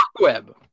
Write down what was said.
web